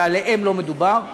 ועליהם לא מדובר.